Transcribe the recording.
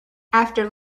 after